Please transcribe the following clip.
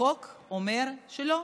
החוק אומר שלא.